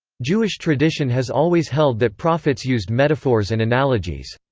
jewish tradition has always held that prophets used metaphors and analogies.